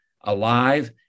alive